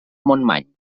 montmany